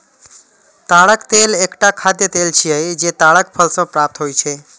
ताड़क तेल एकटा खाद्य तेल छियै, जे ताड़क फल सं प्राप्त होइ छै